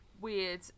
weird